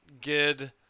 Gid